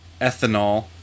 ethanol